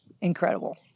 incredible